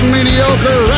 Mediocre